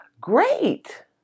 great